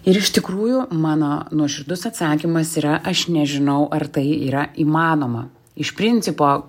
ir iš tikrųjų mano nuoširdus atsakymas yra aš nežinau ar tai yra įmanoma iš principo